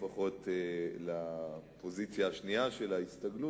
לפחות לפוזיציה השנייה של ההסתגלות,